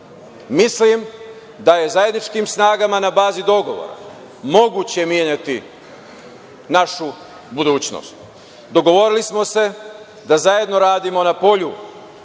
Mislim da je zajedničkim snagama na bazi dogovora moguće menjati našu budućnost. Dogovorili smo se da zajedno radimo na polju